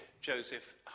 Joseph